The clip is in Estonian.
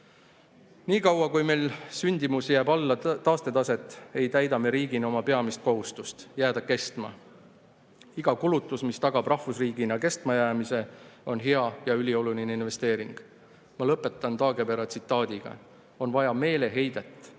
Niikaua, kui meil sündimus jääb alla taastetaset, ei täida me riigina oma peamist kohustust: jääda kestma. Iga kulutus, mis tagab rahvusriigina kestmajäämise, on hea ja ülioluline investeering. Ma lõpetan Taagepera tsitaadiga: "On vaja meeleheidet